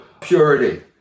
purity